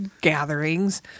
gatherings